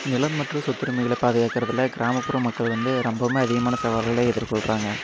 நிலம் மற்றும் சொத்துரிமைகள பாதுகாக்கறதில் கிராமப்புற மக்கள் வந்து ரொம்பவுமே அதிகமான சவால்களை எதிர்கொள்கிறாங்க